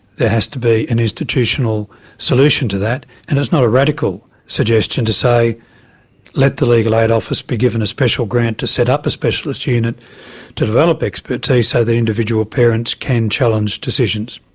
has to be an institutional solution to that and it's not a radical suggestion to say let the legal aid office be given a special grant to set up a specialist unit to develop expertise so that individual parents can challenge decisions.